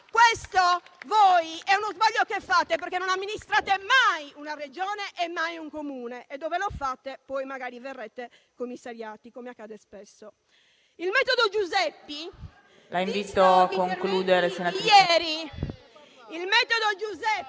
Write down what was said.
Questo è uno sbaglio che fate perché non amministrate mai una Regione e un Comune; e dove lo fate, magari venite commissariati, come accade spesso. Il "metodo Giuseppi"...